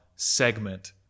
segment